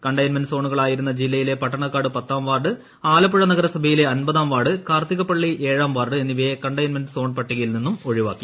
containment സോണുകളായിരുന്ന ജില്ലയിലെ പട്ടണക്കാട് പത്താം വാർഡ് ആലപ്പുഴ നഗരസഭയിലെ അമ്പതാം വാർഡ് കാർത്തികപ്പള്ളി ഏഴാം വാർഡ് എന്നിവയെ കണ്ടെയിൻമെന്റ് സോൺ പട്ടികയിൽ നിന്നും ഒഴിവാക്കി